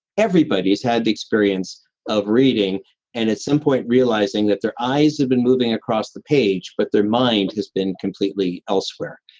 everybody's had the experience of reading and at some point realizing that their eyes have been moving across the page, but their mind has been completely elsewhere.